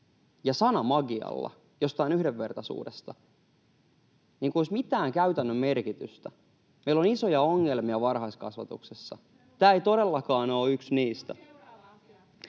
ja sanamagialla jostain yhdenvertaisuudesta olisi mitään käytännön merkitystä. Meillä on isoja ongelmia varhaiskasvatuksessa. Tämä ei todellakaan ole yksi niistä.